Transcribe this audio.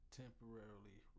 temporarily